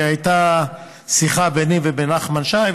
הייתה שיחה ביני ובין נחמן שי,